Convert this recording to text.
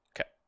Okay